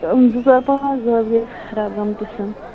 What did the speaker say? زٕ ژور پانٛژ دۄہ حظ گٔے خَراب گٲمتِس